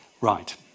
Right